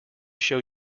show